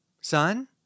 Son